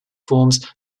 forms